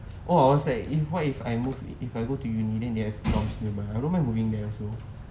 oh I was like if what if I move you if I go to university then they have dormitories nearby I don't mind moving there also